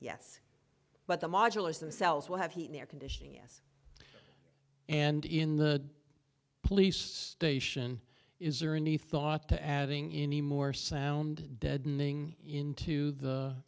yes but the module is themselves will have heat and air conditioning yes and in the police station is there any thought to adding any more sound